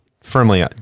firmly